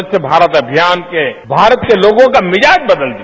स्वच्छ भारत अभियान के भारत के लोगों का मिजाज बदल दिया